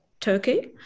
Turkey